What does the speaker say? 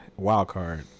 Wildcard